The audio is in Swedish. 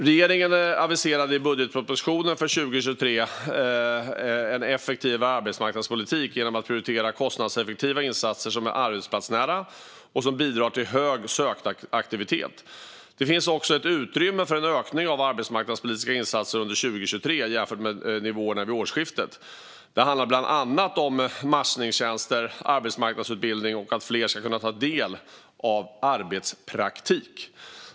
Regeringen aviserade i budgetpropositionen för 2023 en effektivare arbetsmarknadspolitik genom att prioritera kostnadseffektiva insatser som är arbetsplatsnära och som bidrar till hög sökaktivitet. Det finns också ett utrymme för en ökning av arbetsmarknadspolitiska insatser under 2023 jämfört med nivåerna vid årsskiftet. Det handlar bland annat om matchningstjänster, arbetsmarknadsutbildning och att fler ska kunna ta del av arbetspraktik.